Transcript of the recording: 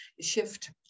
shift